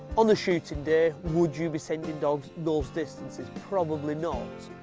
on a shooting day would you be sending dogs those distances, probably not,